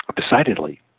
decidedly